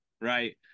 right